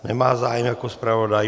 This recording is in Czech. Nemá zájem jako zpravodaj.